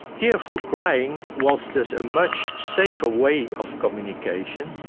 tearful crying was just a much safer way of communication,